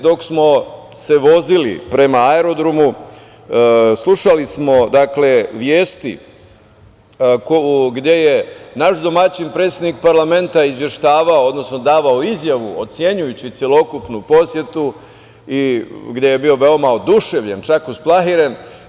Dok smo se vozili prema aerodromu, slušali smo vesti, gde je naš domaćin predsednik parlamenta izveštavao, odnosno davao izjavu ocenjujući celokupnu posetu i gde je bio veoma oduševljen, čak usplahiren.